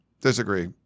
Disagree